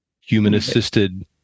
human-assisted